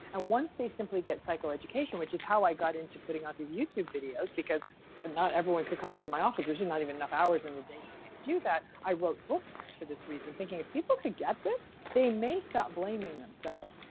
and once they simply get psychoeducation, which is how i got into putting out these youtube videos because and not everyone could come sit to my office. there's just and not even enough hours in the day for me to do that. i wrote books for this reason thinking if people could get this, they may stop blaming themselves.